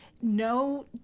no